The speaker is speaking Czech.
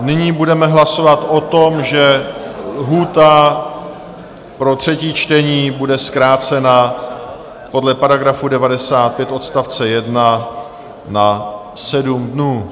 Nyní budeme hlasovat o tom, že lhůta pro třetí čtení bude zkrácena podle § 95 odst. 1 na 7 dnů.